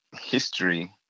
history